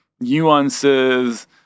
nuances